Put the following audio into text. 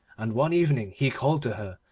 and one evening he called to her,